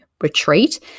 retreat